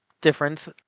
difference